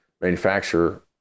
manufacturer